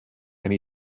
and